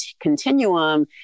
continuum